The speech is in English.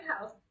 House